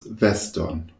veston